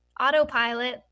Autopilot